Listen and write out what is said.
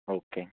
okay